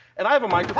and i have a mic